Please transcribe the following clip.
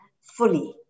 fully